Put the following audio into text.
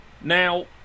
Now